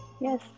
Yes